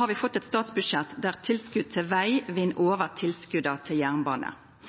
har vi fått eit statsbudsjett der tilskota til veg vinn over tilskota til jernbane.